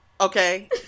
Okay